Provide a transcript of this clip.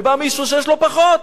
ובא מישהו שיש לו פחות,